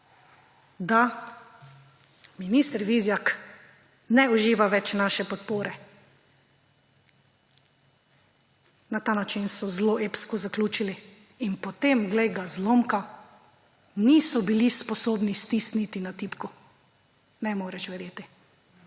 da minister Vizjak ne uživa več naše podpore. Na ta način so zelo epsko zaključili. In potem, glej ga zlomka, niso bili sposobni stisniti na tipko. Ne moreš verjeti.